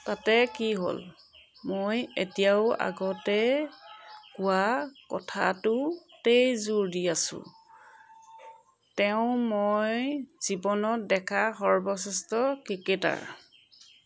তাতে কি হ'ল মই এতিয়াও আগতে কোৱা কথাটোতেই জোৰ দি আছোঁ তেওঁ মই জীৱনত দেখা সৰ্বশ্ৰেষ্ঠ ক্ৰিকেটাৰ